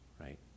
right